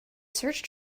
search